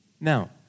Now